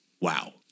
wow